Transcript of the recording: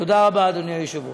תודה רבה, אדוני היושב-ראש.